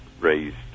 raised